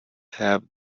have